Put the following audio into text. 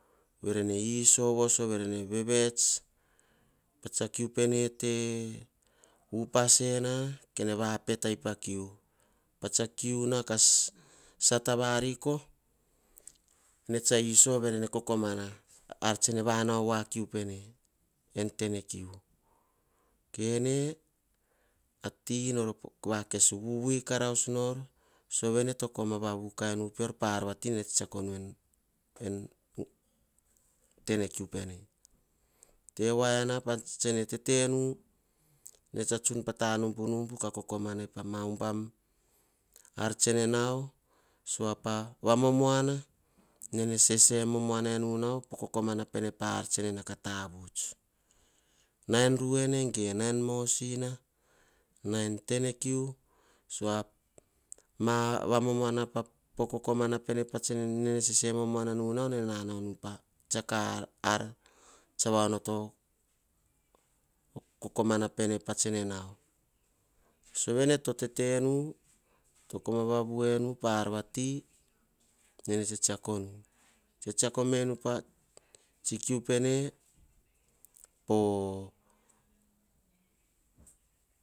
Varene iso voso varene vevets, pah tsa kui pene teypa ena. Kene vapetai pah kiu kiu nau kah sata variko, ene tsa iso kah kokomana eni tsene vanao voa kiu pene kene ati nor vakes wui karus nor. Koma vanu kaing poir pah ar vativi nene tse tsakonu ene tene kiu. Tevoina pa tse ne tsun patanubunubu, kokomanai pah ubam ar tsene nao. Pava momoana na sese enu nauo poh kokomana pe pah ar tsene nau kah tavuts. Nao en ruene ge, anuo en mosina, nao en tene kiu, sese momoananu po kokomana pene patsane nau. Sova ne to tetenu to koma vavu einu pah ar nene tsitsakonu tsiakonu pa tsikiu pene po